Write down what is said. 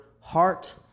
heart